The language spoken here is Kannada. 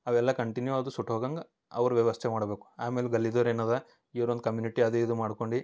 ಅವೆಲ್ಲ ಕಂಟಿನ್ಯೂ ಅದು ಸುಟ್ಟು ಹೋಗೋ ಹಂಗ ಅವ್ರ ವ್ಯವಸ್ಥೆ ಮಾಡ್ಬಕು ಆಮೇಲೆ ಗಲ್ಲಿದೋರ್ ಏನದ ಇವ್ರೊಂದು ಕಮ್ಯುನಿಟಿ ಅದು ಇದು ಮಾಡ್ಕೊಂಡು